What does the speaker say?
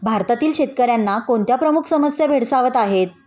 भारतीय शेतकऱ्यांना कोणत्या प्रमुख समस्या भेडसावत आहेत?